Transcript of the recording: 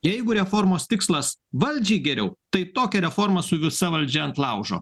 jeigu reformos tikslas valdžiai geriau tai tokią reformą su visa valdžia ant laužo